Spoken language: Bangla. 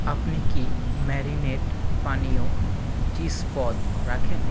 আপনি কি ম্যারিনেট পানীয় চিস পদ রাখেন